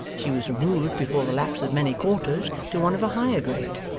she was removed before the lapse of many quarters to one of a higher grade.